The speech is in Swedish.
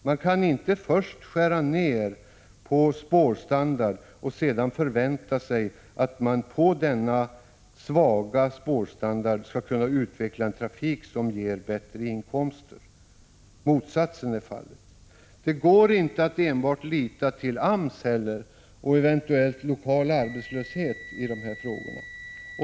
Man kan inte först skära ned på spårstandard och sedan förvänta sig att på denna svaga spårstandard kunna utveckla en trafik som ger bättre inkomster. Motsatsen är fallet. Det går inte att enbart lita till AMS och eventuellt lokal arbetslöshet i denna fråga.